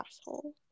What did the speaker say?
asshole